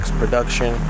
production